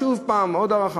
שוב, עוד הארכה.